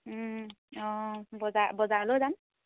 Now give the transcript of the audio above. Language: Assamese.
অঁ বজাৰ বজাৰলৈয়ো যাম